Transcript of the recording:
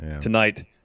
Tonight